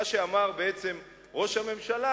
היא התכוונה למס שפתיים.